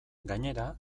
gainera